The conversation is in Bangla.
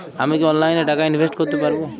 আমি কি অনলাইনে টাকা ইনভেস্ট করতে পারবো?